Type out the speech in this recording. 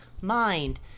mind